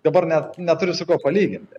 dabar net neturiu su kuo palyginti